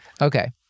okay